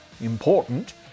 important